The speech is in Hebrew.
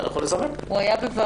אנחנו נזמן אותו.